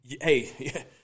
Hey